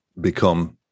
become